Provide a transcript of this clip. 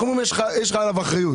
אנחנו אומרים לו "יש לך עליו אחריות".